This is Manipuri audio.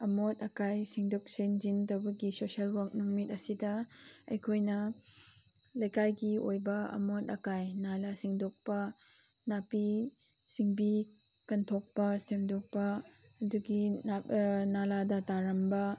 ꯑꯃꯣꯠ ꯑꯀꯥꯏ ꯁꯦꯡꯗꯣꯛ ꯁꯦꯡꯖꯤꯟ ꯇꯧꯕꯒꯤ ꯁꯣꯁꯦꯜ ꯋꯥꯛ ꯅꯨꯃꯤꯠ ꯑꯁꯤꯗ ꯑꯩꯈꯣꯏꯅ ꯂꯩꯀꯥꯏꯒꯤ ꯑꯣꯏꯕ ꯑꯃꯣꯠ ꯑꯀꯥꯏ ꯅꯂꯥ ꯁꯦꯡꯗꯣꯛꯄ ꯅꯥꯄꯤ ꯁꯤꯡꯕꯤ ꯀꯟꯊꯣꯛꯄ ꯁꯦꯡꯗꯣꯛꯄ ꯑꯗꯨꯒꯤ ꯅꯂꯥꯗ ꯇꯥꯔꯝꯕ